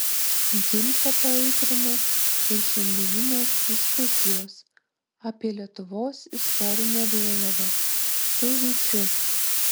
ginčą paaitrina ir šiandieninės diskusijos apie lietuvos istorinę vėliavą su vyčiu